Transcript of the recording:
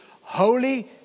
holy